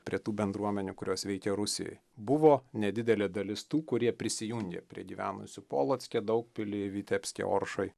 prie tų bendruomenių kurios veikė rusijoj buvo nedidelė dalis tų kurie prisijungė prie gyvenusių polocke daugpily vitebske oršoj